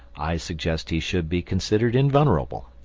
i suggest he should be considered invulnerable,